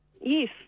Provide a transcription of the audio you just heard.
Yes